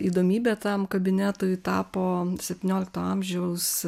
įdomybe tam kabinetui tapo septyniolikto amžiaus